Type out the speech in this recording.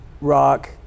Rock